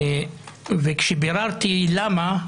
כשביררתי למה,